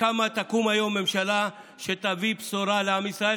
ותקום היום ממשלה שתביא בשורה לעם ישראל